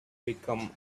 become